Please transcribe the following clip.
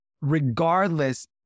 regardless